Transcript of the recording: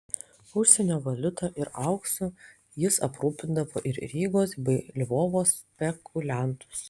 užsienio valiuta ir auksu jis aprūpindavo ir rygos bei lvovo spekuliantus